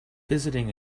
visiting